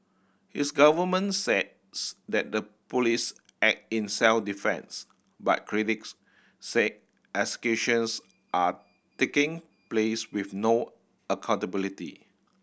his government says that the police act in self defence but critics say executions are taking place with no accountability